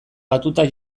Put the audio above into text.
batuta